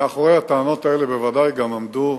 מאחורי הטענות האלה בוודאי גם עמדו,